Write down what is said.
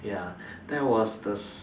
ya that was the